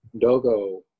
Dogo